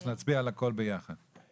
אנחנו נשמע מהיועצת המשפטית מה אומרים